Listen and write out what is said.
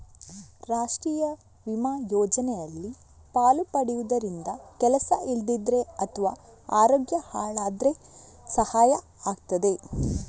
ರಾಷ್ಟೀಯ ವಿಮಾ ಯೋಜನೆಯಲ್ಲಿ ಪಾಲು ಪಡೆಯುದರಿಂದ ಕೆಲಸ ಇಲ್ದಿದ್ರೆ ಅಥವಾ ಅರೋಗ್ಯ ಹಾಳಾದ್ರೆ ಸಹಾಯ ಆಗ್ತದೆ